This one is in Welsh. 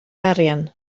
arian